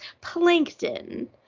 plankton